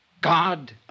God